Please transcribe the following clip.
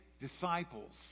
disciples